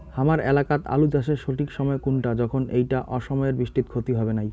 হামার এলাকাত আলু চাষের সঠিক সময় কুনটা যখন এইটা অসময়ের বৃষ্টিত ক্ষতি হবে নাই?